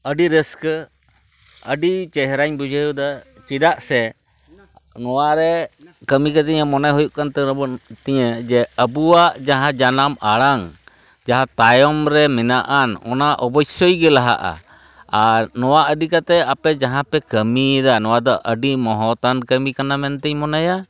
ᱟᱹᱰᱤ ᱨᱟᱹᱥᱠᱟᱹ ᱟᱹᱰᱤ ᱪᱮᱦᱨᱟᱧ ᱵᱩᱡᱷᱟᱹᱣ ᱮᱫᱟ ᱪᱮᱫᱟᱥᱜ ᱥᱮ ᱱᱚᱣᱟᱨᱮ ᱠᱟᱹᱢᱤ ᱠᱟᱛᱮᱫ ᱤᱧᱟᱹᱜ ᱢᱚᱱᱮ ᱦᱩᱭᱩᱜ ᱠᱟᱱᱟ ᱛᱟᱵᱚᱱ ᱛᱤᱧᱟᱹ ᱡᱮ ᱟᱵᱚᱣᱟᱜ ᱡᱟᱦᱟᱸ ᱡᱟᱱᱟᱢ ᱟᱲᱟᱝ ᱡᱟᱦᱟᱸ ᱛᱟᱭᱚᱢ ᱨᱮ ᱢᱮᱱᱟᱜ ᱟᱱ ᱚᱱᱟ ᱚᱵᱚᱥᱥᱚᱭᱜᱮ ᱞᱟᱦᱟᱜᱼᱟ ᱟᱨ ᱱᱚᱣᱟ ᱤᱫᱤ ᱠᱟᱛᱮᱫ ᱟᱯᱮ ᱡᱟᱦᱟᱸᱯᱮ ᱠᱟᱹᱢᱤᱭᱮᱫᱟ ᱱᱚᱣᱟ ᱫᱚ ᱟᱹᱰᱤ ᱢᱚᱦᱚᱛᱟᱱ ᱠᱟᱹᱢᱤ ᱠᱟᱱᱟ ᱢᱮᱱᱛᱮᱧ ᱢᱚᱱᱮᱭᱟ